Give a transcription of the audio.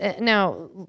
now